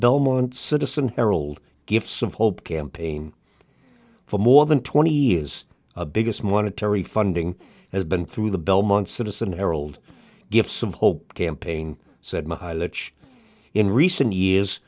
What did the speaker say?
belmont citizen harold gifts of hope campaign for more than twenty years a biggest monetary funding has been through the belmont citizen harold give some hope campaign said my lunch in recent years